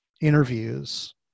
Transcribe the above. interviews